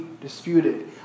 disputed